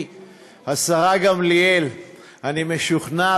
אינה נוכחת,